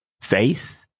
Faith